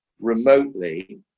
remotely